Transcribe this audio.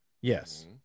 Yes